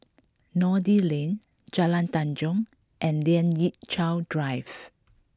Noordin Lane Jalan Tanjong and Lien Ying Chow Drive